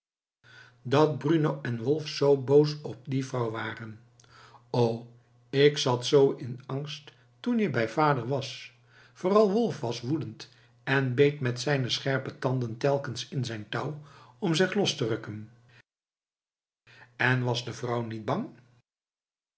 dat bruno en wolf zoo boos op die vrouw waren o ik zat zoo in angst toen je bij vader was vooral wolf was woedend en beet met zijne scherpe tanden telkens in zijn touw om zich los te rukken en was de vrouw niet bang